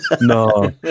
No